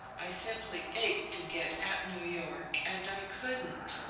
i simply ached to get at new york, and i couldn't.